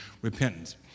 repentance